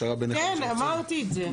כן, אמרתי את זה.